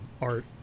art